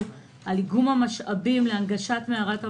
על איגום המשאבים להנגשת מערת המכפלה.